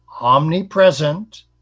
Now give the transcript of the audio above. Omnipresent